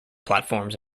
platforms